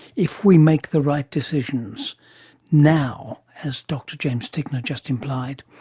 if we make the right decisions now, as dr james tickner just implied.